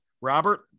Robert